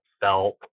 felt